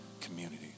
community